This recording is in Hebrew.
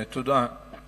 תודה.